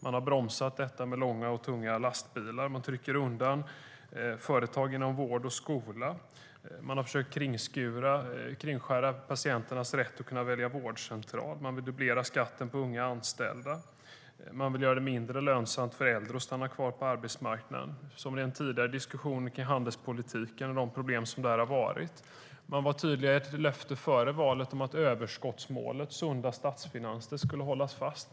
Man har bromsat förslagen om långa och tunga lastbilar, man trycker undan företag inom vård och skola, man har försökt kringskära patienternas rätt att välja vårdcentral, man vill dubblera skatten för unga anställda och man vill göra det mindre lönsamt för äldre att stanna kvar på arbetsmarknaden. I en tidigare diskussion om handelspolitiken har man tagit upp de problem som har varit där. Före valet gav man tydliga löften om att man skulle hålla fast vid överskottsmålet och sunda statsfinanser.